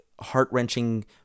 heart-wrenching